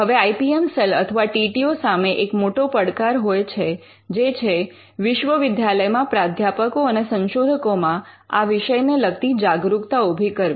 હવે I P M cell અથવા T T O સામે એક મોટો પડકાર હોય છે જે છે વિશ્વવિદ્યાલયમાં પ્રાધ્યાપકો અને સંશોધકોમાં આ વિષય ને લગતી જાગરૂકતા ઉભી કરવી